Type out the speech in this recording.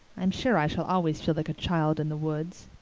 i'm sure i shall always feel like a child in the woods.